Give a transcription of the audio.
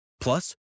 Plus